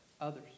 Others